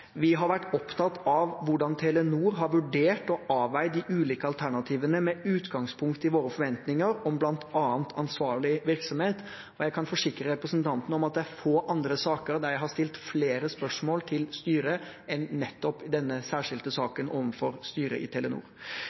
Vi har vært opptatt av hvordan Telenor har vurdert og avveid de ulike alternativene, med utgangspunkt i våre forventninger om bl.a. ansvarlig virksomhet. Og jeg kan forsikre representanten om at det er få andre saker hvor jeg har stilt flere spørsmål til et styre enn i nettopp denne særskilte saken, til styret i Telenor.